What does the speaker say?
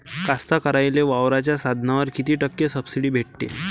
कास्तकाराइले वावराच्या साधनावर कीती टक्के सब्सिडी भेटते?